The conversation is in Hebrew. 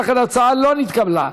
ולכן ההצעה לא נתקבלה.